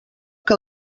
que